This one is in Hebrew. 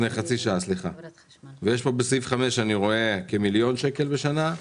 בסעיף 5 אני רואה כמיליון שקל בשנה,